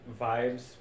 vibes